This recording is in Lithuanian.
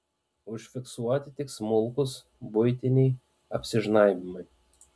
užfiksuoti tik smulkūs buitiniai apsižnaibymai